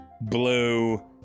blue